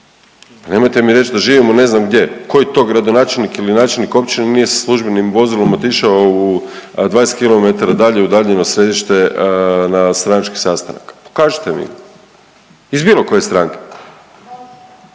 Nemojte mi reći da živimo ne znamo gdje, koji to gradonačelnik ili načelnik općine nije sa službenim vozilom otišao u, 20 km dalje udaljeno središte na stranački sastanak, pokažite mi, iz bilo koje stranke.